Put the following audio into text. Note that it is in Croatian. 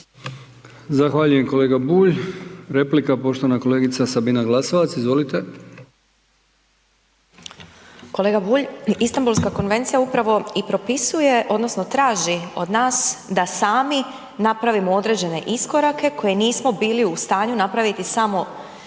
Zahvaljujem kolega Bulj. Replika, poštovana kolegica Sabina Glasovac. Izvolite. **Glasovac, Sabina (SDP)** Kolega Bulj, Istambulska konvencija upravo i propisuje odnosno traži od nas da sami napravimo određene iskorake koje nismo bili u stanju napraviti samoinicijativno